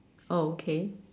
okay